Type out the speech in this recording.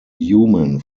human